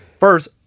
First